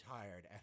tired